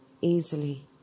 easily